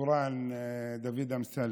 התורן דוד אמסלם,